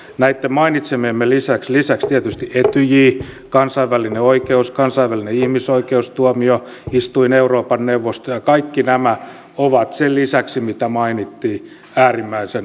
näitten mainitsemiemme lisäksi tietysti etyj kansainvälinen oikeus kansainvälinen ihmisoikeustuomioistuin euroopan neuvosto kaikki nämä ovat sen lisäksi mitä mainittiin äärimmäisen tärkeitä